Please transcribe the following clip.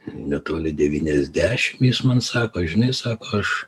netoli devyniasdešim jis man sako žinai sako aš